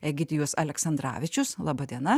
egidijus aleksandravičius laba diena